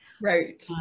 right